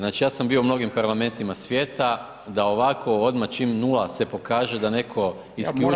Znači, ja sam bio u mnogim parlamentima svijeta, da ovako odmah čim nula se pokaže da netko isključi.